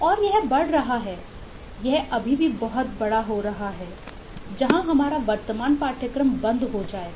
और यह बढ़ रहा है यह अभी भी बहुत बड़ा हो रहा है जहां हमारा वर्तमान पाठ्यक्रम बंद हो जाएगा